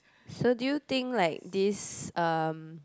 so do you think like this um